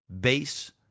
base